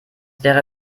wäre